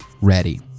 ready